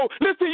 listen